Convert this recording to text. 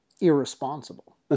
irresponsible